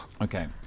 Okay